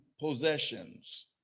possessions